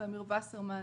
אמיר וסרמן,